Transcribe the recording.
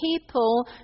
people